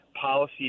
policy